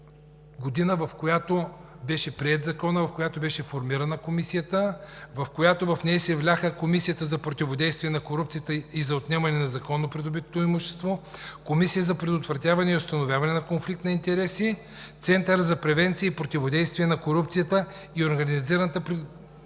Година, в която беше приет Законът, в която беше формирана Комисията, в която се вляха Комисията за противодействие на корупцията и за отнемане на незаконно придобитото имущество, Комисията за предотвратяване и установяване на конфликт на интереси, Център за превенция и противодействие на корупцията и организираната престъпност